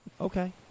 Okay